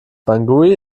bangui